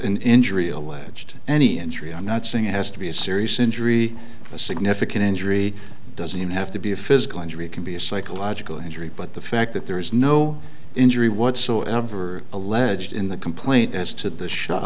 an injury alleged any entry i'm not saying it has to be a serious injury a significant injury doesn't have to be a physical injury can be a psychological injury but the fact that there is no injury whatsoever alleged in the complaint as to the sh